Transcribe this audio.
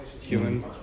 human